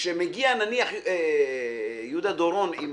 שכאשר מגיע יהודה דורון עם